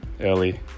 early